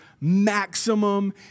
maximum